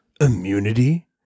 Immunity